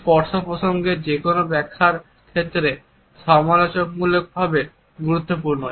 স্পর্শ প্রসঙ্গের যেকোনো ব্যাখ্যার ক্ষেত্রে সমালোচনামূলকভাবে গুরুত্বপূর্ণ